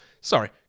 Sorry